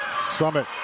Summit